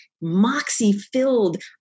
moxie-filled